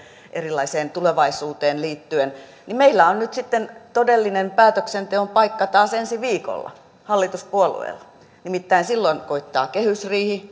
erilaiseen tulevaisuuteen liittyen meillä on nyt sitten todellinen päätöksenteon paikka taas ensi viikolla hallituspuolueilla nimittäin silloin koittaa kehysriihi